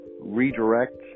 redirect